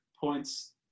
points